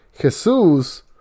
Jesus